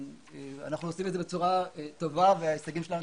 אנחנו עושים את זה בצורה טובה וההישגים שלנו,